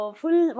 full